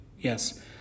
Yes